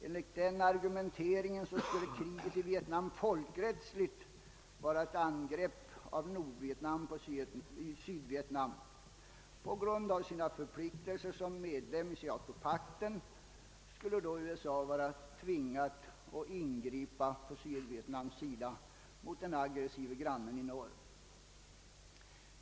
Enligt den argumenteringen skulle kriget i Vietnam folkrättsligt vara ett angrepp av Nordvietnam på Sydvietnam. På grund av sina förpliktelser som medlem i SEATO-pakten skulle då USA vara tvingat att ingripa på Sydvietnams sida mot den aggressive grannen i norr.